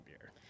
beer